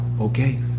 okay